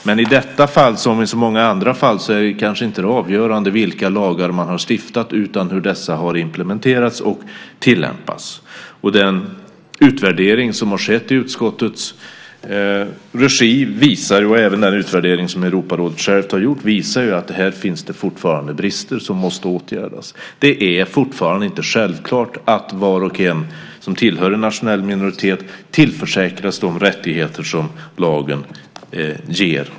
Men i detta fall liksom i så många andra fall är det avgörande kanske inte vilka lagar som man har stiftat utan hur dessa har implementerats och tillämpats. Och den utvärdering som har skett i utskottets regi, och även den utvärdering som Europarådet självt har gjort, visar att det här fortfarande finns brister som måste åtgärdas. Det är fortfarande inte självklart att var och en som tillhör en nationell minoritet tillförsäkras de rättigheter som lagen ger.